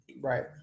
Right